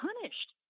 punished